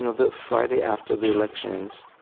the friday after the elections,